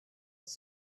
was